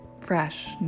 fresh